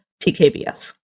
tkbs